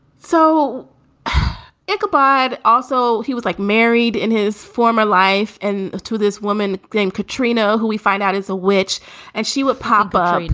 so like ichabod ah and also he was like married in his former life. and to this woman named katrina, who we find out is a witch and she would pop up.